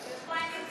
רבותי,